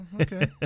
okay